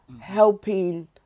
helping